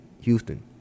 Houston